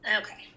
Okay